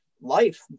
life